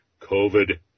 COVID